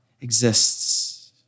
exists